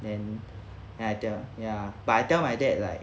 then then I tell ya but I tell my dad like